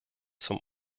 zum